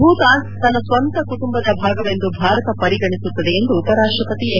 ಭೂತಾನ್ ತನ್ನ ಸ್ವಂತ ಕುಟುಂಬದ ಭಾಗವೆಂದು ಭಾರತ ಪರಿಗಣಿಸುತ್ತದೆ ಎಂದು ಉಪರಾಷ್ಟಪತಿ ಎಂ